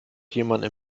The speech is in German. jemanden